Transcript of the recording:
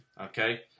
Okay